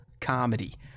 comedy